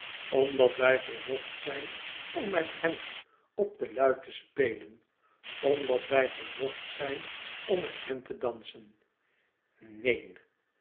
omdat wij verzocht zijn om met hen op de luit te spelen omdat wij verzocht zijn om met hen te dansen neen